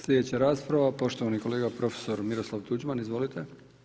Sljedeća rasprava poštovani kolega prof. Miroslav Tuđman, izvolite.